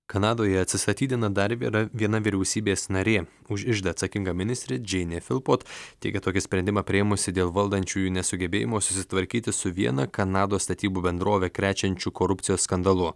kanadoje atsistatydina dar yra viera viena vyriausybės narė už iždą atsakinga ministrė džeinė filpot teigia tokį sprendimą priėmusi dėl valdančiųjų nesugebėjimo susitvarkyti su viena kanados statybų bendrovę krečiančių korupcijos skandalu